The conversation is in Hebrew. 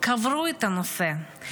קברו את הנושא,